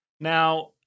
Now